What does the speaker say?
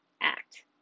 Act